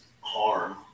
harm